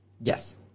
Yes